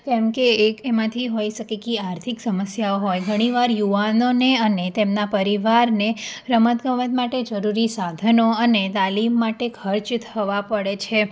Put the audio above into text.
એમકે એક એમાંથી હોઈ શકે કે એ આર્થિક સમસ્યાઓ હોય ઘણી વાર યુવાનોને અને તેમના પરિવારને રમતગમત માટે જરૂરી સાધનો અને તાલીમ માટે ખર્ચ થવા પડે છે